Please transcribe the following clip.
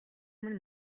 өмнө